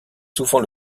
souvent